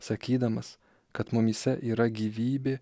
sakydamas kad mumyse yra gyvybė